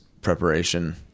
preparation